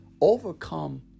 overcome